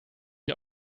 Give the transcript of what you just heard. wir